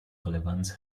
relevanz